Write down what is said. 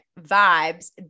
vibes